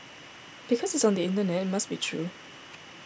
because it's on the internet it must be true